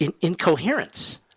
incoherence